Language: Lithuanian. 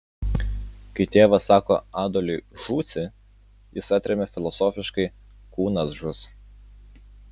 kai tėvas sako adoliui žūsi jis atremia filosofiškai kūnas žus